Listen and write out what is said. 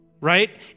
Right